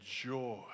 joy